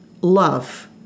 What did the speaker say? love